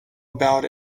about